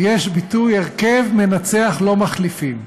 יש ביטוי: הרכב מנצח לא מחליפים,